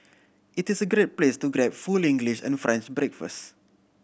it is a great place to grab full English and French breakfast